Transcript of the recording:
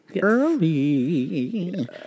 early